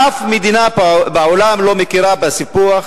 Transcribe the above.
אף מדינה בעולם לא מכירה בסיפוח,